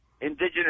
indigenous